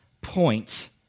point